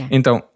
Então